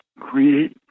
create